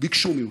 ביקשו ממך?